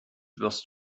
wirst